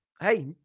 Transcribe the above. Hey